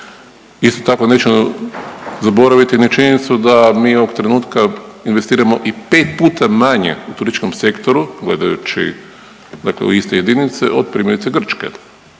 Isto tako neću zaboraviti ni činjenicu da mi ovog trenutka investiramo i pet puta manje u turističkom sektoru gledajući, dakle iste jedinice od primjerice Grčke.